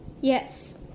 Yes